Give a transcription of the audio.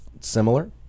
similar